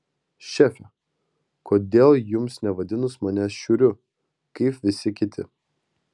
šefe kodėl jums nevadinus manęs šiuriu kaip visi kiti